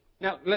Now